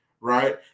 Right